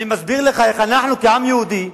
אני מסביר לך איך אנחנו, כעם יהודי,